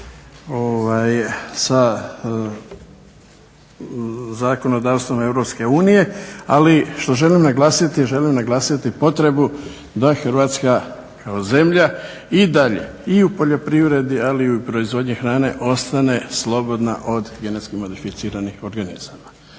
sa zakonodavstvom EU. Ali što želim naglasiti želim naglasiti potrebu da Hrvatska kao zemlja i dalje i u poljoprivredi, ali i u proizvodnji hrane ostane slobodna od genetski modificiranih organizama.